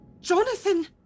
jonathan